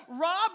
rob